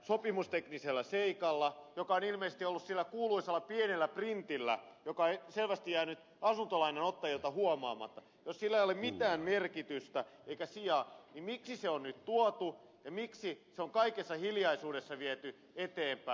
sopimusteknisellä seikalla joka on ilmeisesti ollut sillä kuuluisalla pienellä printillä joka on selvästi jäänyt asuntolainanottajilta huomaamatta niin miksi se on nyt tuotu ja miksi tämä asia on kaikessa hiljaisuudessa viety eteenpäin